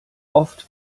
oft